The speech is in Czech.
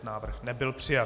Návrh nebyl přijat.